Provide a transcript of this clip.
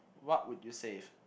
what would you save